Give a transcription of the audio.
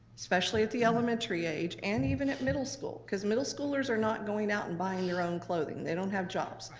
especially at the elementary age, and even at middle school, cause middle schoolers are not going out and buying their own clothing, they don't have jobs.